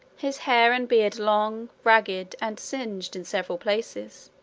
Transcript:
his hair and beard long, ragged, and singed in several places.